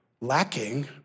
lacking